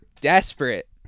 desperate